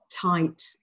tight